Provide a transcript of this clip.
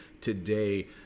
today